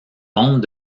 monde